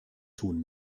tun